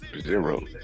Zero